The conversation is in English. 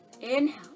Inhale